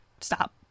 stop